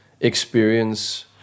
experience